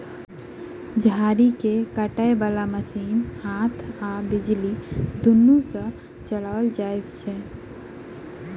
झाड़ी के काटय बाला मशीन हाथ आ बिजली दुनू सँ चलाओल जाइत छै